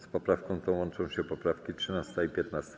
Z poprawką tą łączą się poprawki 13. i 15.